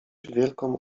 wielką